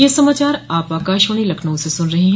ब्रे क यह समाचार आप आकाशवाणी लखनऊ से सुन रहे हैं